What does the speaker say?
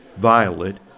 violet